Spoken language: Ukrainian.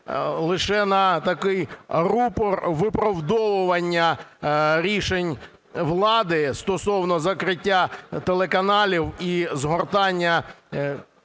лише на такий рупор виправдовування рішень влади стосовно закриття телеканалів і згортання